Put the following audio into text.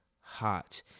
hot